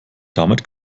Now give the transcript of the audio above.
damit